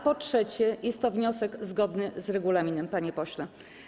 Po trzecie, jest to wniosek zgodny z regulaminem, panie pośle.